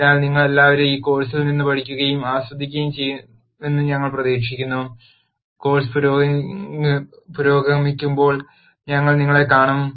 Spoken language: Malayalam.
അതിനാൽ നിങ്ങൾ എല്ലാവരും ഈ കോഴ് സിൽ നിന്ന് പഠിക്കുകയും ആസ്വദിക്കുകയും ചെയ്യുമെന്ന് ഞാൻ പ്രതീക്ഷിക്കുന്നു കോഴ്സ് പുരോഗമിക്കുമ്പോൾ ഞങ്ങൾ നിങ്ങളെ കാണും